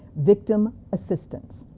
victim assistance.